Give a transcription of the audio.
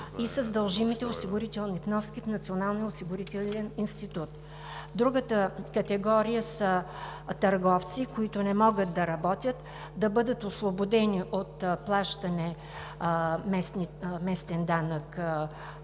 и с дължимите осигурителни вноски в Националния осигурителен институт. Другата категория са търговци, които не могат да работят – да бъдат освободени от плащане на местен данък